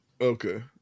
Okay